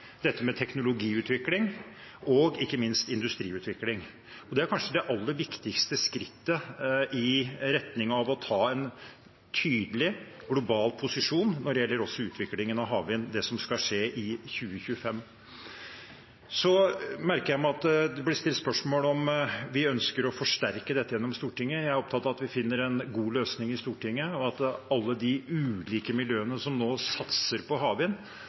teknologiutvikling og ikke minst industriutvikling. Det som skal skje i 2025, er kanskje det aller viktigste skrittet i retning av å ta en tydelig global posisjon også når det gjelder utviklingen av havvind. Så merker jeg meg at det blir stilt spørsmål om vi ønsker å forsterke dette gjennom Stortinget. Jeg er opptatt av at vi finner en god løsning i Stortinget, og at alle de ulike miljøene som nå satser på havvind,